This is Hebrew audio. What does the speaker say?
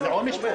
היושב-ראש יכריע.